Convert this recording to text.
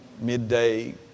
midday